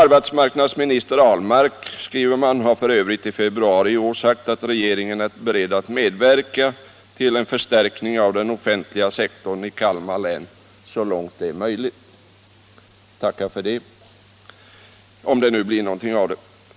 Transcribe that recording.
Arbetsmarknadsminister Ahlmark har, skriver man, i februari i år sagt att regeringen är beredd att medverka till en förstärkning av den offentliga sektorn i Kalmar län så långt det är möjligt. Jag tackar för det — om det nu blir något av detta.